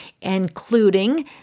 including